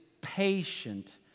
patient